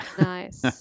Nice